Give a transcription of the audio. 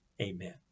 Amen